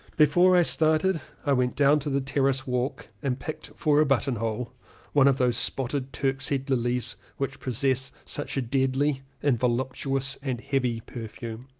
before i started i went down to the terrace walk and picked for a buttonhole one of those spotted turkshead lilies, which possess such a deadly and voluptuous and heavy perfume.